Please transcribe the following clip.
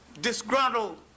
disgruntled